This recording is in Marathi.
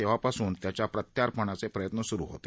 तेव्हापासून त्याच्या प्रत्यर्पणाचे प्रयत्न सुरू होते